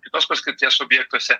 kitos paskirties objektuose